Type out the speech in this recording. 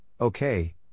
okay